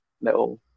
little